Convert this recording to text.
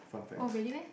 oh really meh